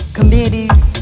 committees